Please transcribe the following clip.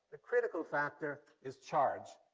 the critical factor is charge.